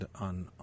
on